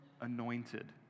anointed